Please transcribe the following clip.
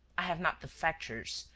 i have not the factors,